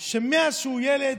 שמאז שהוא ילד,